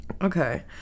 okay